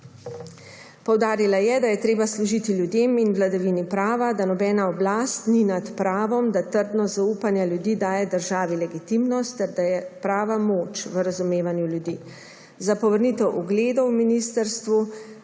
Poudarila je, da je treba služiti ljudem in vladavini prava, da nobena oblast ni nad pravom, da trdno zaupanje ljudi daje državi legitimnost ter da je prava moč v razumevanju ljudi. Za povrnitev ugleda ministrstvu